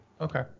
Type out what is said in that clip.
okay